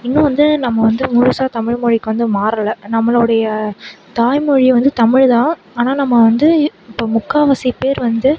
இன்னும் வந்து நம்ம வந்து முழுசாக தமிழ்மொழிக்கு வந்து மாறல நம்மளோடைய தாய்மொழியே வந்து தமிழ் தான் ஆனால் நம்ம வந்து இப்போ முக்காவாசி பேர் வந்து